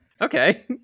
Okay